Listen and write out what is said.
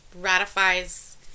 ratifies